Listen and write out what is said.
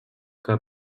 que